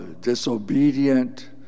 disobedient